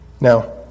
Now